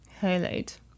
highlight